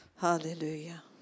Hallelujah